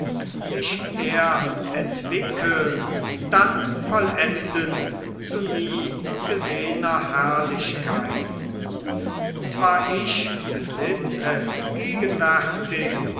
sich erst entwickeln dann vollenden zu nie gesehner herrlichkeit zwar ich besitz es gegenwärtig